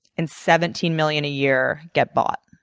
and seventeen million a year get bought.